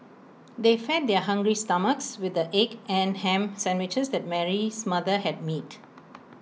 they fed their hungry stomachs with the egg and Ham Sandwiches that Mary's mother had made